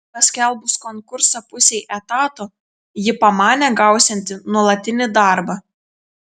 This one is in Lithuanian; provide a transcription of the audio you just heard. paskelbus konkursą pusei etato ji pamanė gausianti nuolatinį darbą